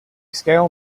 scale